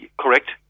Correct